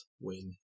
win